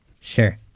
Sure